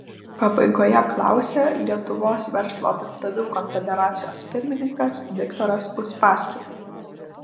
pabaigoje klausė lietuvos verslo darbdavių konfederacijos pirmininkas viktoras uspaskich